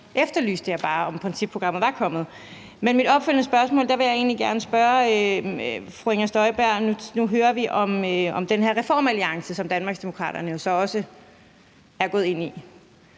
forhold til om principprogrammet var kommet. Men som mit opfølgende spørgsmål vil jeg egentlig gerne spørge fru Inger Støjberg til den her reformalliance, som Danmarksdemokraterne jo så også er gået ind i.